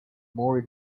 more